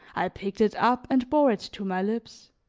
i picked it up and bore it to my lips.